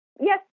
yes